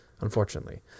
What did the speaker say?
unfortunately